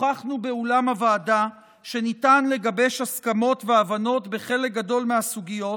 הוכחנו באולם הוועדה שניתן לגבש הסכמות והבנות בחלק גדול מהסוגיות,